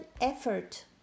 effort